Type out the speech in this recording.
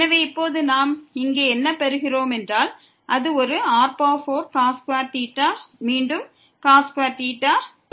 எனவே இப்போது நாம் இங்கே என்ன பெறுகிறோம் என்றால் அது ஒரு r4 மீண்டும் மற்றும்